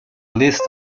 list